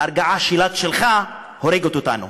ההרגעה שלך הורגת אותנו.